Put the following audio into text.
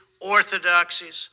orthodoxies